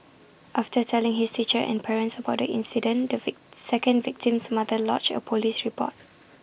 after telling his teacher and parents about the incident the second victim's mother lodged A Police report